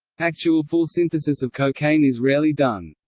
actual full synthesis of cocaine is rarely done.